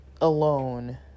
alone